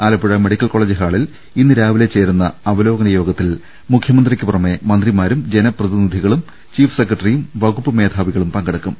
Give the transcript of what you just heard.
Alappuzha medical college ഹാളിൽ ഇന്ന് രാവിലെ ചേരുന്ന അവലോകന യോഗ ത്തിൽ മുഖ്യമന്ത്രിക്ക് പുറമെ മന്ത്രിമാരും ജനപ്രതിനി ധികളും ചീഫ് സെക്രട്ടറിയും വകുപ്പുമേധാവികളും പങ്കെ ടുക്കും